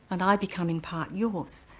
and i become in part yours,